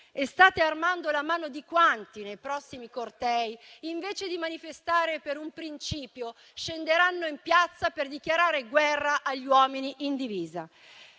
E state armando la mano di quanti, nei prossimi cortei, invece di manifestare per un principio, scenderanno in piazza per dichiarare guerra agli uomini in divisa.